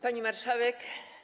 Pani Marszałek!